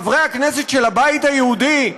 חברי הכנסת של הבית היהודי,